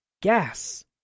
gas